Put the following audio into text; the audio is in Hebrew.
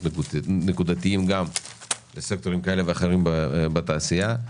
נקודתיים לסקטורים כאלה ואחרים בתעשייה.